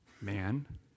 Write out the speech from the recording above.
man